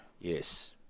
Yes